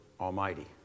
Almighty